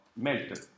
melted